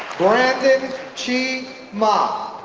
brandon che ma,